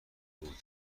بود